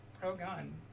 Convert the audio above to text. pro-gun